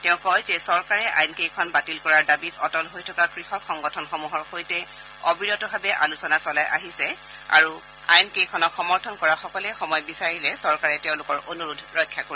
তেওঁ কয় যে চৰকাৰে আইন কেইখন বাতিল কৰাৰ দাবীত অটল হৈ থকা কৃষক সংগঠনসমূহৰ সৈতে অবিৰতভাৱে আলোচনা চলাই আহিছে আৰু আইন কেইখনক সমৰ্থন কৰাসকলে সময় বিচাৰিলে চৰকাৰে তেওঁলোকৰ অনুৰোধ ৰক্ষা কৰিব